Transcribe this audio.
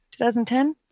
2010